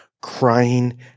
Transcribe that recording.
crying